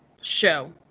show